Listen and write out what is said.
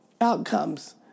outcomes